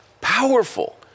powerful